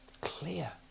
clear